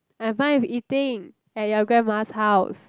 I'm fine with eating at your grandma's house